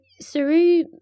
Saru